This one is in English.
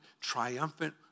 triumphant